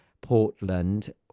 Portland